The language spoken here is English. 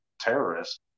terrorists